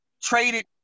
traded –